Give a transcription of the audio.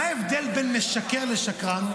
מה הבדל בין משקר לשקרן?